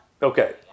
Okay